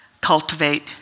Cultivate